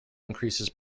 increases